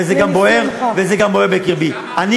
וזה גם בוער בקרבי, אז כמה אתה רוצה?